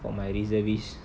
for my reservist